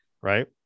right